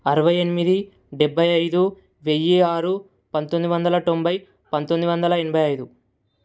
అరవై ఎనిమిది డెబ్భై ఐదు వెయ్యి ఆరు పంతొమ్మిది వందల తొంభై వందల ఎనభై ఐదు